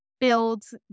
builds